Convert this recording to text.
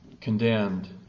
condemned